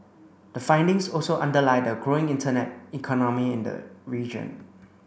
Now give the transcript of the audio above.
the findings also underlie the growing internet economy in the region